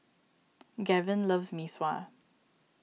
Gavyn loves Mee Sua